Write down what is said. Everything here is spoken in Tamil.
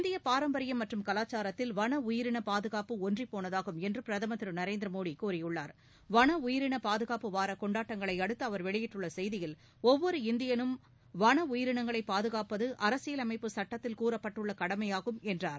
இந்திய பாரம்பரியம் மற்றும் கலாச்சாரத்தில் வன உயிரின பாதுகாப்பு ஒன்றிப்போனதாகும் என்று பிரதமர் திரு நரேந்திர மோடி கூறியுள்ளார் வன உயிரின பாதுகாப்பு வாரக் கொண்டாட்டங்களையடுத்து அவர் வெளியிட்டுள்ள சுசுத்தியில் ஒவ்வொரு இந்தியனும் வன உயிரினங்களைப பாதுகாப்பது அரசியலமைப்பு சுட்டத்தில் கூறப்பட்டுள்ள கடமையாகும் என்றார்